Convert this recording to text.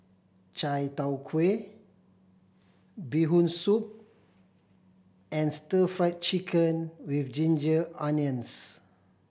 Chai Tow Kuay Bee Hoon Soup and Stir Fried Chicken With Ginger Onions